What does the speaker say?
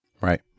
Right